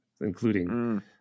including